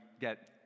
get